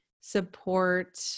support